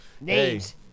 Names